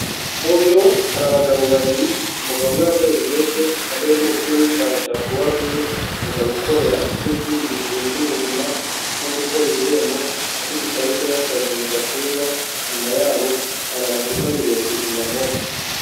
Mu biro hari abagabo babiri, umugabo umwe wambaye linete wambaye n’umupira w’ikirango cya kuruwaruje, umugabo ukorera ikigo cy’igihugu gishinzwe ubuzima, n’undi ukorera irembo. Ufite ikarita y’akazi mu gatuza, nyuma yabo hari amacupa abiri ya kizimyamoto.